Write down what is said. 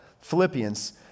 Philippians